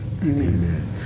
Amen